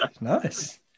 Nice